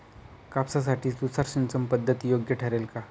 कापसासाठी तुषार सिंचनपद्धती योग्य ठरेल का?